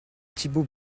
thibault